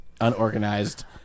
unorganized